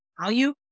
value